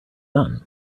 done